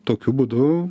tokiu būdu